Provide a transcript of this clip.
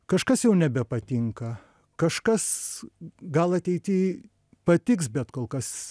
kažkas jau nebepatinka kažkas gal ateity patiks bet kol kas